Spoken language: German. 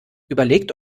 überlegt